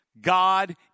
God